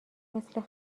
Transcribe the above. مثل